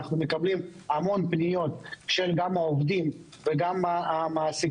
אנחנו מקבלים המון פניות מעובדים וממעסיקים